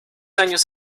años